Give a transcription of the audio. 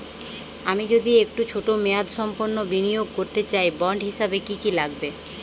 আমি যদি একটু ছোট মেয়াদসম্পন্ন বিনিয়োগ করতে চাই বন্ড হিসেবে কী কী লাগবে?